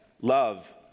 love